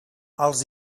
els